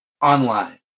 online